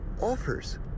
offers